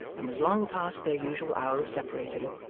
and was long past their usual hour of separating,